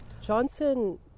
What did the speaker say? Johnson